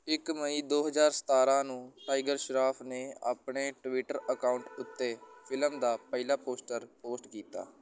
ਇੱਕ ਮਈ ਦੋ ਹਜ਼ਾਰ ਸਤਾਰਾਂ ਨੂੰ ਟਾਈਗਰ ਸ਼ਰਾਫ ਨੇ ਆਪਣੇ ਟਵਿੱਟਰ ਅਕਾਊਂਟ ਉੱਤੇ ਫ਼ਿਲਮ ਦਾ ਪਹਿਲਾ ਪੋਸਟਰ ਪੋਸਟ ਕੀਤਾ